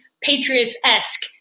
Patriots-esque